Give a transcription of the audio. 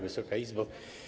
Wysoka Izbo!